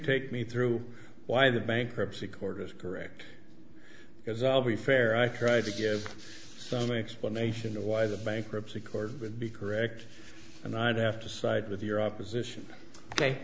take me through why the bankruptcy court is correct because i'll be fair i tried to give some explanation of why the bankruptcy court would be correct and i'd have to side with your opposition ok